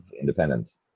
Independence